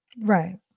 Right